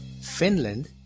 Finland